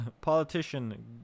politician